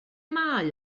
mae